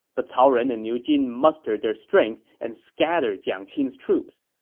but cao ren and niu jin mustered their strength and scattered jiang qin's troops.